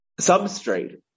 substrate